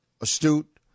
astute